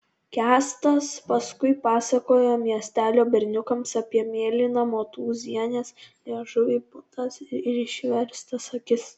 kęstas paskui pasakojo miestelio berniukams apie mėlyną motūzienės liežuvį putas ir išverstas akis